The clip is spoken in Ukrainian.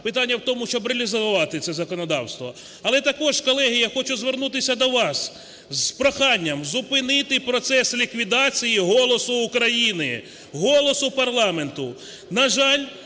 Питання в тому, щоб реалізувати це законодавство. Але також, колеги, я хочу звернутися до вас з проханням зупинити процес ліквідації "Голосу України" – голосу парламенту.